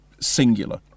singular